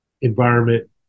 environment